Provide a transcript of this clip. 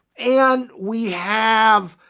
and we have